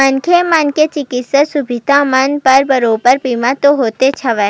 मनखे मन के चिकित्सा सुबिधा मन बर बरोबर बीमा तो होतेच हवय